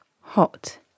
Hot